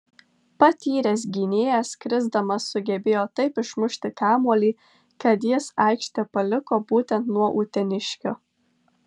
patyręs gynėjas krisdamas sugebėjo taip išmušti kamuolį kad jis aikštę paliko būtent nuo uteniškio